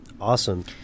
Awesome